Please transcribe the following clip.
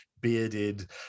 bearded